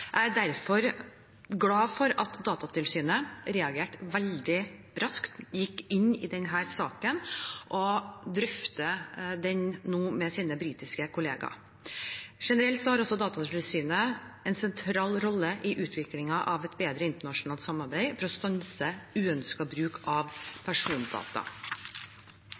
Jeg er derfor glad for at Datatilsynet reagerte veldig raskt, gikk inn i denne saken og drøfter den med sine britiske kollegaer nå. Generelt har Datatilsynet en sentral rolle i utviklingen av et bedre internasjonalt samarbeid for å stanse uønsket bruk av persondata.